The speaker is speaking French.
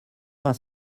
vingt